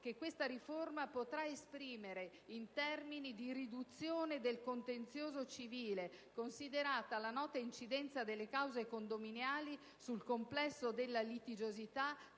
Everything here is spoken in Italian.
che questa riforma potrà esprimere in termini di riduzione del contenzioso civile, considerata la nota incidenza delle cause condominiali sul complesso della litigiosità